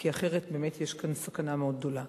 כי אחרת באמת יש כאן סכנה מאוד גדולה.